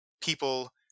people